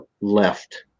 left